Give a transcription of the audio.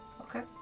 Okay